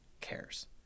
cares